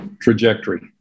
trajectory